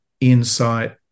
insight